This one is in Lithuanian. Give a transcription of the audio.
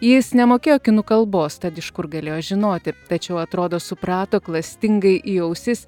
jis nemokėjo kinų kalbos tad iš kur galėjo žinoti tačiau atrodo suprato klastingai į ausis